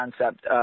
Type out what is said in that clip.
concept